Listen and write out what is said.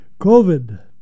COVID